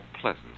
pleasant